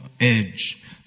edge